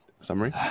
summary